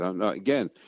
Again